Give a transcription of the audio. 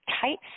tight